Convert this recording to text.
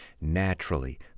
Naturally